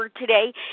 today